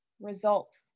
results